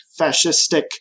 fascistic